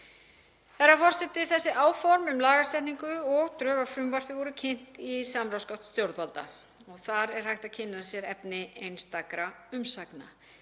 Herra forseti. Þessi áform um lagasetningu og drög að frumvarpi voru kynnt í samráðsgátt stjórnvalda og þar er hægt að kynna sér efni einstakra umsagna.